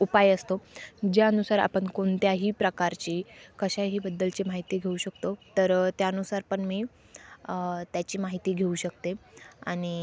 उपाय असतो ज्यानुसार आपण कोणत्याही प्रकारची कशाहीबद्दलची माहिती घेऊ शकतो तर त्यानुसार पण मी त्याची माहिती घेऊ शकते आणि